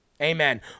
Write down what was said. amen